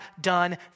done